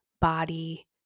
body